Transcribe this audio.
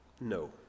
no